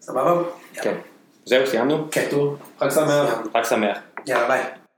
סבבה? כן. זהו, סיימנו? כן, תודה רבה חג שמח חג שמח יאללה, ביי